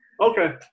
Okay